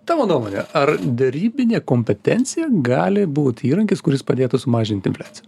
tavo nuomone ar derybinė kompetencija gali būti įrankis kuris padėtų sumažinti infliaciją